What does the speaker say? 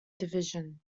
division